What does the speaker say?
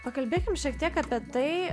pakalbėkim šiek tiek apie tai